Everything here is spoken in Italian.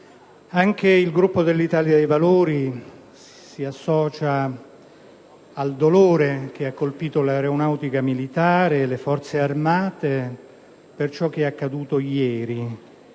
anche il Gruppo dell'Italia dei Valori si associa al dolore che ha colpito l'Aeronautica militare e le Forze armate per quanto accaduto ieri.